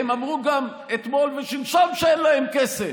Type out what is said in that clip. הם אמרו גם אתמול ושלשום שאין להם כסף,